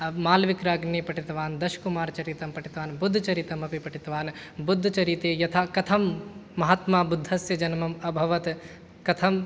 मालविक्राग्नि पठितवान् दशकुमारचरितं पठितवान् बुद्धचरितम् अपि पठितवान् बुद्धचरिते यथा कथं महात्माबुद्धस्य जन्म अभवत् कथं